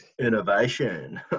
innovation